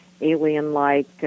alien-like